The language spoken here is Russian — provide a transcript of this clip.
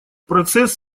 прогресс